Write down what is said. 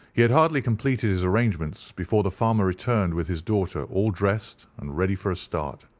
he had hardly completed his arrangements before the farmer returned with his daughter all dressed and ready for a start.